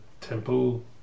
temple